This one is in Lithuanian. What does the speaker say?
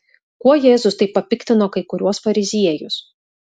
kuo jėzus taip papiktino kai kuriuos fariziejus